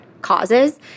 causes